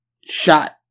shot